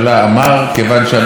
יכול להיות שבשביל זה,